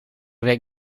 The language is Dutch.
week